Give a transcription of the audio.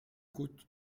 coûte